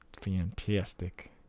Fantastic